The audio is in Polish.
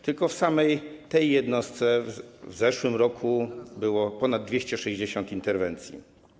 Tylko w samej tej jednostce w zeszłym roku było ponad 260 interwencji.